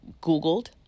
Googled